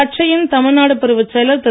கட்சியின் தமிழ்நாடு பிரிவுச் செயலர் திரு